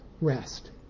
rest